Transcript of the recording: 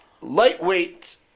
lightweight